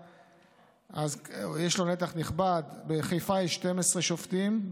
יש לו נתח נכבד: בחיפה יש 12 שופטים,